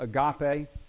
agape